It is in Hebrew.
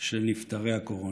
של נפטרי הקורונה,